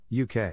UK